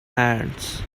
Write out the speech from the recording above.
hands